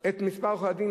את מספר עורכי-הדין,